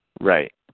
Right